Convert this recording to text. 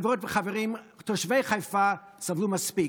חברות וחברים, תושבי חיפה סבלו מספיק.